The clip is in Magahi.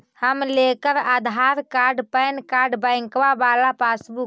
हम लेकर आधार कार्ड पैन कार्ड बैंकवा वाला पासबुक?